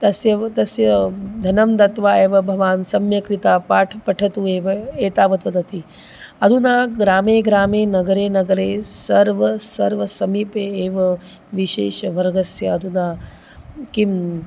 तस्य तस्य धनं दत्वा एव भवान् सम्यक् रीत्य पठ पठतु एव एतावत् वदति अधुना ग्रामे ग्रामे नगरे नगरे सर्वं सर्वं समीपे एव विशेषवर्गस्य अधुना किम्